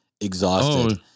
exhausted